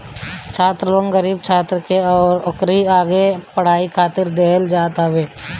छात्र लोन गरीब छात्र के ओकरी आगे के पढ़ाई खातिर देहल जात हवे